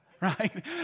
right